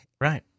Right